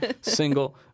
single